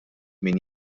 min